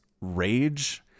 rage